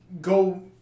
go